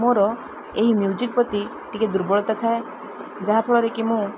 ମୋର ଏହି ମ୍ୟୁଜିକ୍ ପ୍ରତି ଟିକେ ଦୁର୍ବଳତା ଥାଏ ଯାହାଫଳରେ କି ମୁଁ